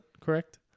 correct